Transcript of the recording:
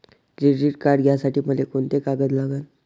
Credit card घ्यासाठी मले कोंते कागद लागन?